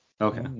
Okay